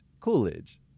Coolidge